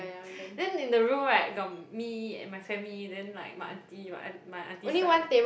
then in the room right got me and my family then like my Aunty my aunt~ my Aunty side